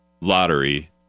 lottery